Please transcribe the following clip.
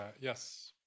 yes